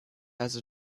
also